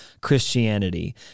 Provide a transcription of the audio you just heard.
Christianity